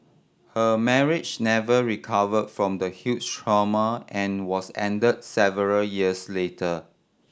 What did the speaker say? her marriage never recover from the huge trauma and was end several years later